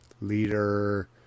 Leader